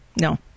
No